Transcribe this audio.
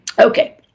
Okay